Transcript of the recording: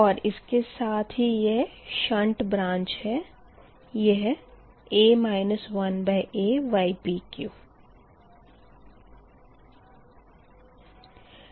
और इसके साथ ही यह शंट ब्रांच है यह a 1aypq है